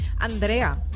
Andrea